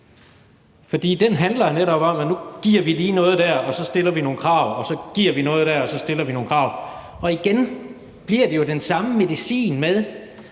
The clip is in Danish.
for den handler netop om, at nu giver vi lige noget der, og så stiller vi nogle krav, og så giver vi noget der, og så stiller vi nogle krav. Og igen bliver det jo den samme medicin,